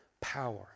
power